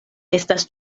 estas